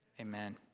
amen